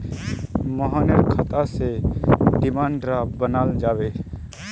मोहनेर खाता स डिमांड ड्राफ्ट बनाल जाबे